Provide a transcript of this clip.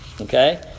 Okay